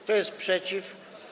Kto jest przeciw?